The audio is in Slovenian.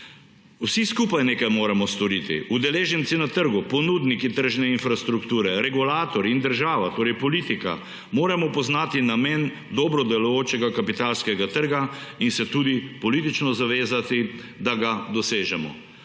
Vsi skupaj nekaj moramo storiti; udeleženci na trgu, ponudniki tržne infrastrukture, regulator in država, torej politika, moramo poznati namen dobro delujočega kapitalskega trga in se tudi politično zavezati, da ga dosežemo.